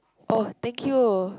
oh thank you